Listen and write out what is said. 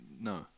no